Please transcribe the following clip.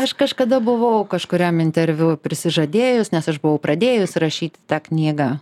aš kažkada buvau kažkuriam interviu prisižadėjus nes aš buvau pradėjus rašyti tą knygą